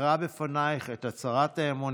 אקרא בפנייך את הצהרת האמונים